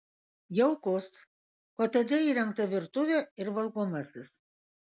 jaukus kotedže įrengta virtuvė ir valgomasis